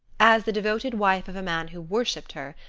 as the devoted wife of a man who worshiped her,